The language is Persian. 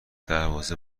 دروازه